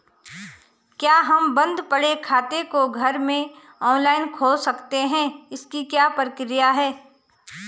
क्या हम बन्द पड़े खाते को घर में ऑनलाइन खोल सकते हैं इसकी क्या प्रक्रिया है?